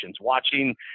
watching